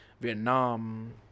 Vietnam